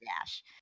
Dash